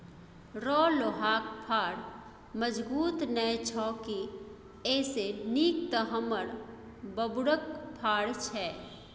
रौ लोहाक फार मजगुत नै छौ की एइसे नीक तँ हमर बबुरक फार छै